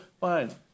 fine